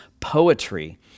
poetry